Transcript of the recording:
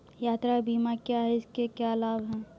यात्रा बीमा क्या है इसके क्या लाभ हैं?